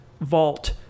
vault